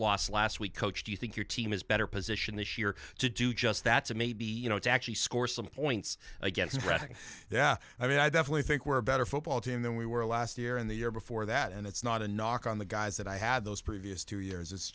loss last week coach do you think your team is better positioned this year to do just that to maybe you know it's actually score some points against reading yeah i mean i definitely think we're a better football team than we were last year and the year before that and it's not a knock on the guys that i had those previous two years it's